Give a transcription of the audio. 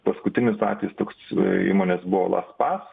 paskutinis atvejis toks įmonės buvo last pas